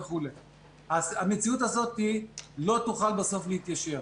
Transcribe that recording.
אז המציאות הזאת לא תוכל בסוף להתיישר.